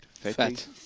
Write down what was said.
Fet